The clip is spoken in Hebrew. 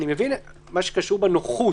אני מבין מה שקשור בנוחות,